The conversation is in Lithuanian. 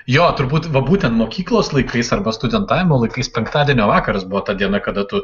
jo turbūt va būtent mokyklos laikais arba studentavimo laikais penktadienio vakaras buvo ta diena kada tu